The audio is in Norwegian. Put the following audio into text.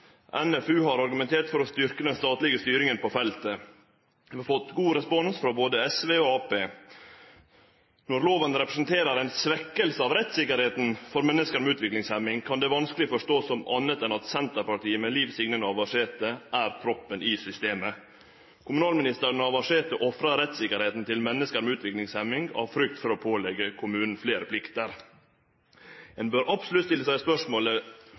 NFU har argumentert for å styrke den statlige styringen på feltet. Vi har fått god respons både fra Sv og Ap. Når loven representerer en svekkelse av rettsikkerheten for mennesker med utviklingshemning, kan dette vanskelig forstås som annet enn at Senterpartiet med Liv Signe Navarsete, er proppen i systemet. Kommunalminister Liv Signe Navarsete ofrer rettsikkerheten til mennesker med utviklingshemning av frykt for å pålegge kommunene flere plikter. En bør absolutt stille spørsmålet